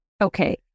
Okay